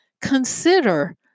consider